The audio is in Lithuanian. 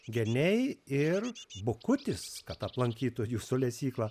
geniai ir bukutis kad aplankytų jūsų lesyklą